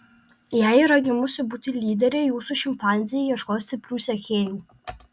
jei yra gimusi būti lydere jūsų šimpanzė ieškos stiprių sekėjų